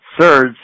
surge